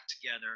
together